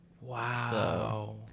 wow